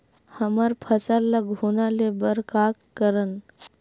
हमर फसल ल घुना ले बर का करन?